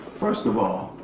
first of all,